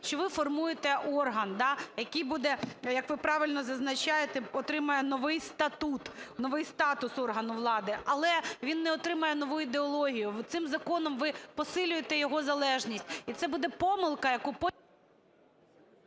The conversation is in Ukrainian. що ви формуєте орган, як ви правильно зазначаєте, отримає новий статут, новий статус органу влади, але він не отримає нову ідеологію, цим законом ви посилюєте його залежність. І це буде помилка, яку…